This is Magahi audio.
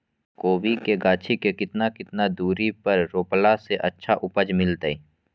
कोबी के गाछी के कितना कितना दूरी पर रोपला से अच्छा उपज मिलतैय?